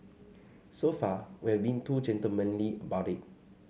so far we've been too gentlemanly about it